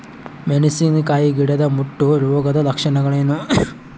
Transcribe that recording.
ಮೆಣಸಿನಕಾಯಿ ಗಿಡದ ಮುಟ್ಟು ರೋಗದ ಲಕ್ಷಣಗಳೇನು?